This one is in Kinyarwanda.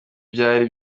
byari